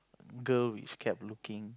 girl which kept looking